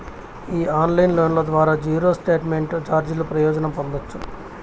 ఈ ఆన్లైన్ లోన్ల ద్వారా జీరో స్టేట్మెంట్ చార్జీల ప్రయోజనం పొందచ్చు